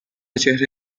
چهره